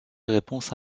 réponse